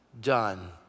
done